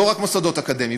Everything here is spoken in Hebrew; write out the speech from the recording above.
לא רק מוסדות אקדמיים,